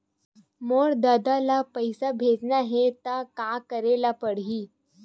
मोर ददा ल पईसा भेजना हे त का करे ल पड़हि?